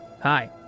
Hi